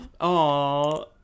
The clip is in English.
Aw